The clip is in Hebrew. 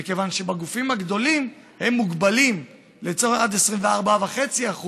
מכיוון שבגופים הגדולים הם מוגבלים עד 24.5%,